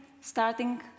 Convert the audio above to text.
starting